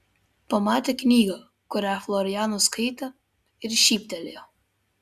pamatė knygą kurią florianas skaitė ir šyptelėjo